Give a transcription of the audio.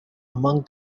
among